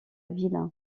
ville